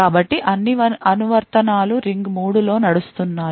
కాబట్టి అన్ని అనువర్తనాలు రింగ్ 3 లో నడుస్తున్నాయి